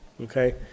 Okay